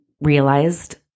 realized